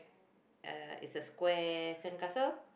uh it's a square sandcastle